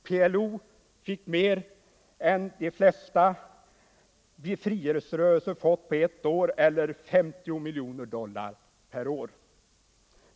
PLO fick 50 miljoner dollar — mer än de flesta befrielserörelser fått på ett år.